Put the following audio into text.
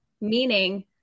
meaning